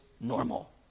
normal